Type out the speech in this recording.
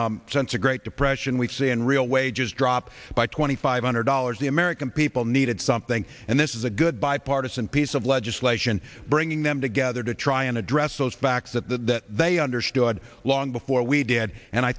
r since a great depression we've seen real wages drop by twenty five hundred dollars the american people needed something and this is a good bipartisan piece of legislation bringing them together to try and address those facts that that they understood long before we did and i